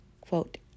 Quote